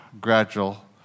gradual